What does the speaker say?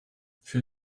für